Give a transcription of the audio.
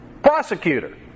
prosecutor